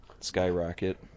skyrocket